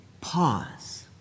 pause